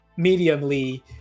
mediumly